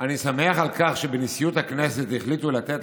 אני שמח על כך שבנשיאות הכנסת החליטו לתת